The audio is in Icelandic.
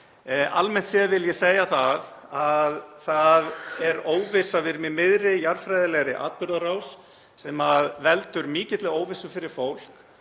Almennt séð vil ég segja að það er óvissa. Við erum í miðri jarðfræðilegri atburðarás sem veldur mikilli óvissu fyrir fólk